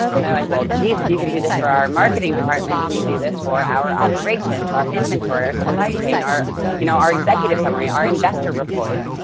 and they're like, well, geez, if you can do this for our marketing department, can you do this for our operations, our inventory, our supply chain, our you know our executive summary, our investor reports.